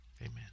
amen